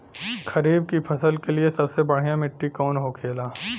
खरीफ की फसल के लिए सबसे बढ़ियां मिट्टी कवन होखेला?